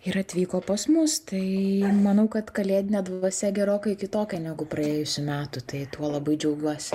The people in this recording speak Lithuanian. ir atvyko pas mus tai manau kad kalėdinė dvasia gerokai kitokia negu praėjusių metų tai tuo labai džiaugiuosi